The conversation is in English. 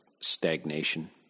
stagnation